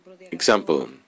example